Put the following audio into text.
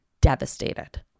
devastated